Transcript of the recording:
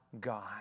God